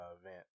event